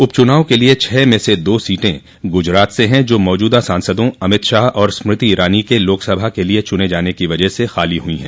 उप चुनाव के लिए छह में से दो सीटें गुजरात से हैं जो मौजूदा सांसदों अमित शाह और स्मृति ईरानी के लोक सभा के लिए चुने जाने की वजह से खाली हुई हैं